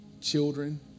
Children